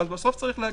ובסוף צריך לומר: